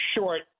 short